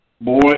Boy